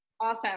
Awesome